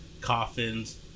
Coffins